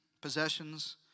possessions